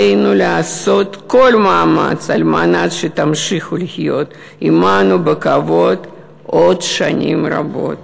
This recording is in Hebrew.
עלינו לעשות כל מאמץ על מנת שתמשיכו לחיות עמנו בכבוד עוד שנים רבות.